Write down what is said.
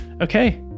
Okay